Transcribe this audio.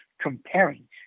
comparing